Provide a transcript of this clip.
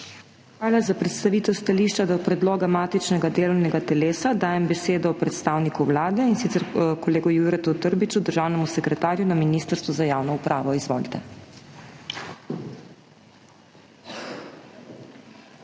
Hvala za predstavitev stališča o predlogu matičnega delovnega telesa. Dajem besedo predstavniku Vlade, in sicer kolegu Juretu Trbiču, državnemu sekretarju na Ministrstvu za javno upravo. Izvolite.